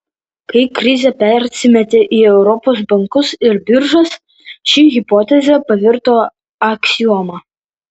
kai krizė persimetė į europos bankus ir biržas ši hipotezė pavirto aksioma